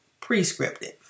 prescriptive